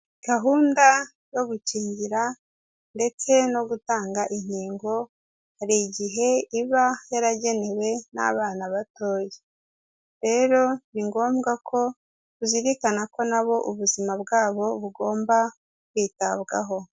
Gahunda yo gukingira ndetse no gutanga inkingo, hari igihe iba yaragenewe n'abana batoya. Rero ni ngombwa ko uzirikana ko na bo ubuzima bwabo bugomba kwitabwaho.